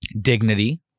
Dignity